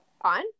On